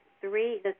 three